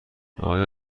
آیا